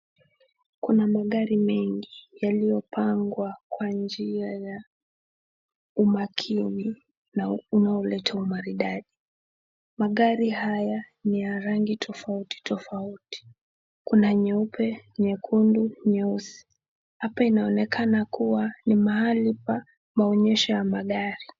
Kuna magari mengi yaliopangwa kwa njia ya umakini na unaoleta umaridadi. Magari haya ni ya rangi tofauti tofauti, kuna nyeupe, nyekundu, nyeusi. Hapa inaonekana kuwa ni mahali pa maonyesho ya magari.